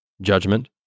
judgment